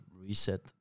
reset